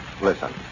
Listen